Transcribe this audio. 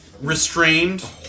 restrained